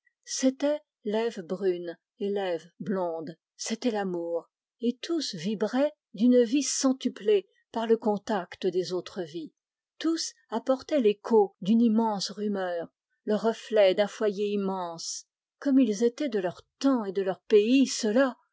c'étaient l'ève brune et l'ève blonde c'était l'amour et tous vibraient d'une vie centuplée par le contact des autres vies tous apportaient l'écho d'une immense rumeur le reflet d'un foyer immense ils étaient de leur temps et de leur pays